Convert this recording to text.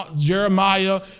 Jeremiah